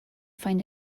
find